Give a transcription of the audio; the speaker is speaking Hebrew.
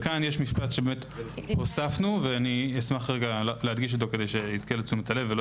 כאן יש משפט שהוספנו ואני אשמח להדגיש אותו כדי שיזכה לתשומת הלב ולא